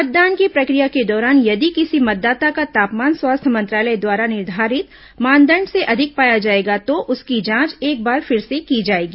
मतदान की प्रक्रिया के दौरान यदि किसी मतदाता का तापमान स्वास्थ्य मंत्रालय द्वारा निर्धारित मानदंड से अधिक पाया जायेगा तो उसकी जांच एक बार फिर से की जायेगी